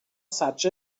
such